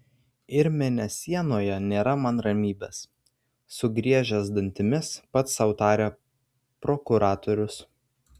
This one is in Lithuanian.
ir mėnesienoje nėra man ramybės sugriežęs dantimis pats sau tarė prokuratorius